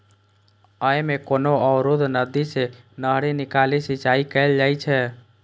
अय मे कोनो अवरुद्ध नदी सं नहरि निकालि सिंचाइ कैल जाइ छै